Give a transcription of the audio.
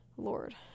Lord